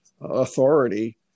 authority